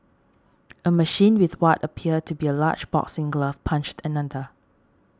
a machine with what appeared to be a large boxing glove punched another